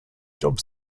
job